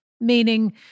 meaning